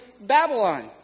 Babylon